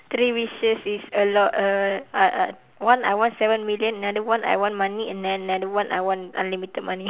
three wishes is a lot err uh uh one I want seven million another one I want money and then another one I want unlimited money